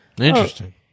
Interesting